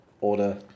order